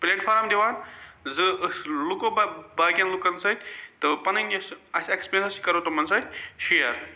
plate form دِوان زٕ أسۍ پتہٕ باقین لوٗکن سۭتۍ تہٕ پنٕنۍ یۄس اسہِ ایٚکٕسپیٖرینٕس چھ یہِ کرو تِمن سۭتۍ شیر